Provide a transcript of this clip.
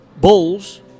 bulls